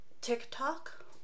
TikTok